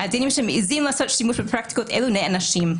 הדיינים שמעזים לעשות שימוש בפרקטיקות אלה נענשים.